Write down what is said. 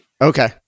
Okay